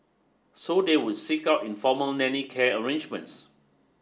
so they would seek out informal nanny care arrangements